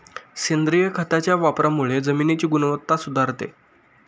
सेंद्रिय खताच्या वापरामुळे जमिनीची गुणवत्ता सुधारते